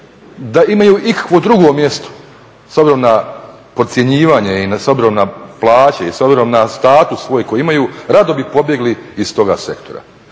da imaju ikakvo drugo mjesto s obzirom na podcjenjivanje i s obzirom na plaće i s obzirom na status svoji koji imaju rado bi pobjegli iz toga sektora.